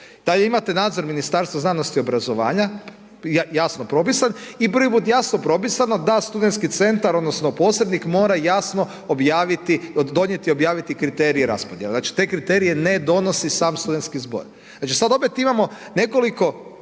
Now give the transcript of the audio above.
Dalje imate nadzor Ministarstva znanosti i obrazovanja jasno propisan i prvi put je jasno propisano da studentski centar odnosno posrednik mora jasno objaviti, donijeti, objaviti kriterije i raspodjele. Znači, te kriterije ne donosi sam studentski zbor. Znači sada opet imamo nekoliko